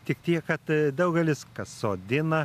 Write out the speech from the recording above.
tik tiek kad daugelis kas sodina